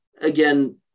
Again